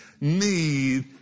need